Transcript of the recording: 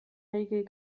regel